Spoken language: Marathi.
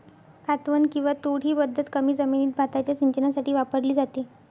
कातवन किंवा तोड ही पद्धत कमी जमिनीत भाताच्या सिंचनासाठी वापरली जाते